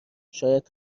شاید